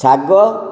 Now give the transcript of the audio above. ଶାଗ